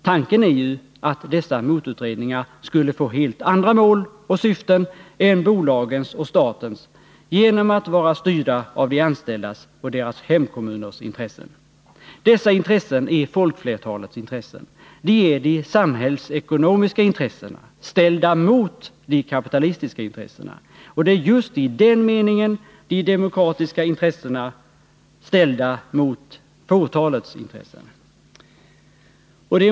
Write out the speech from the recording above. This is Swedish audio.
Tanken är ju att dessa motutredningar skulle få helt andra mål och syften än bolagens och statens genom att vara styrda av de anställdas och deras hemkommuners intressen. Dessa intressen är folkflertalets intressen. De är de samhällsekonomiska intressena ställda mot de kapitalistiska intressena. Det är just i den meningen de demokratiska intressena är ställda mot fåtalets intressen.